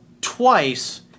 twice